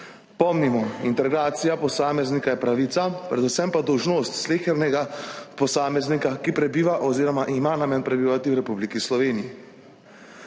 Pomnimo, integracija posameznika je pravica, predvsem pa dolžnost slehernega posameznika, ki prebiva oziroma ima namen prebivati v Republiki Sloveniji.